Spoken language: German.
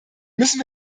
müssen